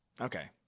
Okay